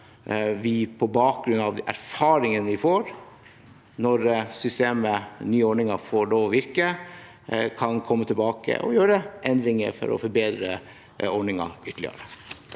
vi, på bakgrunn av de erfaringene vi får når den nye ordningen får lov til å virke, kan komme tilbake og gjøre endringer for å forbedre ordningen ytterligere.